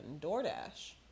DoorDash